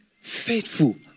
faithful